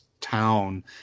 town